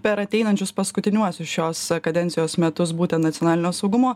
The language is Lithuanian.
per ateinančius paskutiniuosius šios kadencijos metus būtent nacionalinio saugumo